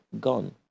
gone